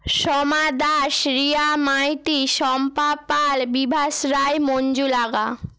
সোমা দাস রিয়া মাইতি শম্পা পাল বিভাস রায় মঞ্জু লাগা